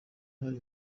hari